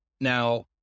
Now